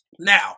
Now